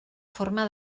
forma